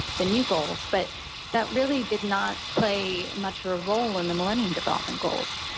the new goals, but that really did not play much of a role in the millennium development goals.